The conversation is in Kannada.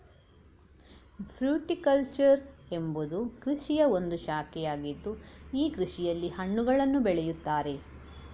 ಫ್ರೂಟಿಕಲ್ಚರ್ ಎಂಬುವುದು ಕೃಷಿಯ ಒಂದು ಶಾಖೆಯಾಗಿದ್ದು ಈ ಕೃಷಿಯಲ್ಲಿ ಹಣ್ಣುಗಳನ್ನು ಬೆಳೆಯುತ್ತಾರೆ